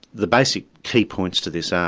the basic key points to this are,